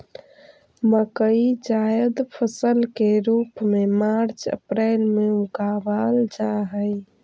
मकई जायद फसल के रूप में मार्च अप्रैल में उगावाल जा हई